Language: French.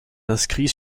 inscrits